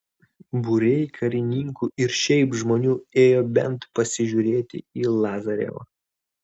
būriai karininkų ir šiaip žmonių ėjo bent pasižiūrėti į lazarevą